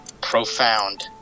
Profound